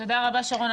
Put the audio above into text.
תודה רבה, שרון.